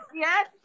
Yes